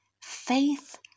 faith